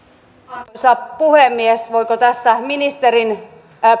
arvoisa puhemies voiko tästä ministerin